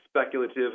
speculative